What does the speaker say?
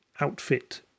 outfit